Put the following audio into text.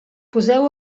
poseu